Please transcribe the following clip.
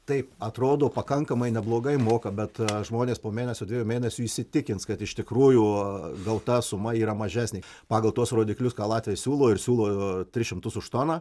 taip atrodo pakankamai neblogai moka bet žmonės po mėnesio dviejų mėnesių įsitikins kad iš tikrųjų gauta suma yra mažesnė pagal tuos rodiklius ką latviai siūlo ir siūlo tris šimtus už toną